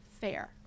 fair